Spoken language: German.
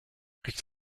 riecht